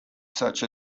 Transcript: such